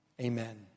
Amen